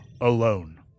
alone